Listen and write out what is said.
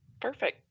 perfect